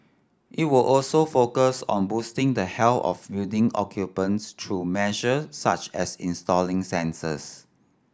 it will also focus on boosting the health of building occupants through measure such as installing sensors